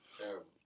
Terrible